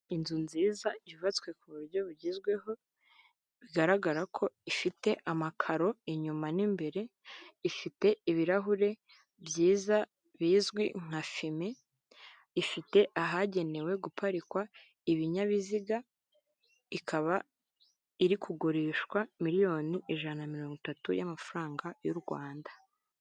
Inzu nziza yubatswe ku buryo bugezweho, bigaragara ko ifite amakaro inyuma n'imbere, ifite ibirahure byiza bizwi nka fime, ifite ahagenewe guparikwa ibinyabiziga, ikaba iri kugurishwa miliyoni ijana na mirongo itatu y'amafaranga y'u Rwanda.